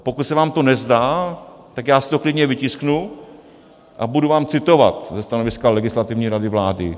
A pokud se vám to nezdá, tak já si to klidně vytisknu a budu vám citovat ze stanoviska Legislativní rady vlády.